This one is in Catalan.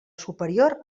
superior